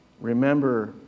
Remember